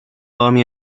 army